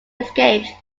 escaped